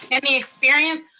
and the experience,